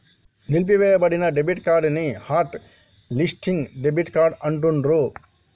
నిలిపివేయబడిన debit card ని hot listing debit card అంటాండ్రు